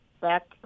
back